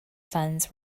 funds